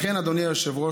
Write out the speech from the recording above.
לכן, אדוני היושב-ראש,